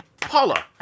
Paula